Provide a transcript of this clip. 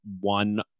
one